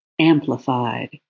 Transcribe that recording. amplified